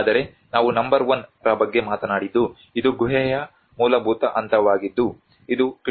ಆದರೆ ನಾವು ನಂ 1 ರ ಬಗ್ಗೆ ಮಾತನಾಡಿದ್ದು ಇದು ಗುಹೆಯ ಮೂಲಭೂತ ಹಂತವಾಗಿದ್ದು ಇದು ಕ್ರಿ